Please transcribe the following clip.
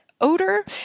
odor